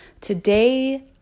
today